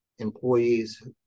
employees